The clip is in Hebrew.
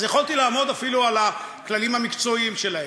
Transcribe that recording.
אז יכולתי לעמוד אפילו על הכללים המקצועיים שלהם.